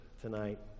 tonight